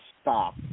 stop